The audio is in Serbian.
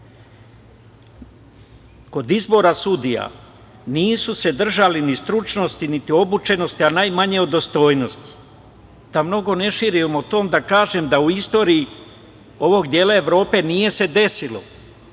Kod izbora sudija nisu se držali ni stručnosti, niti obučenosti, a najmanje o dostojnosti. Da mnogo ne širim o tome, da kažem da u istoriji ovog dela Evrope nije se desilo